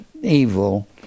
evil